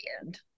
end